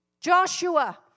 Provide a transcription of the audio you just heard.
Joshua